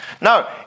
No